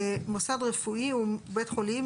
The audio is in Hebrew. מוסד רפואי הוא בית חולים,